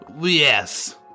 Yes